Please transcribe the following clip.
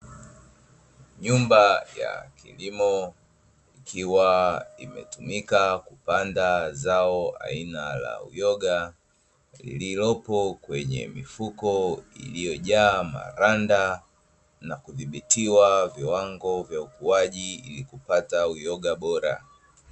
Nyumba ya kilimo ikiwa imetumika kupanda zao aina ya uyoga, lililopo kwenye mifuko iliyojaa maranda na kuthibiwa viwango vya ukuaji ili kupata uyoga bora.